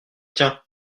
tiens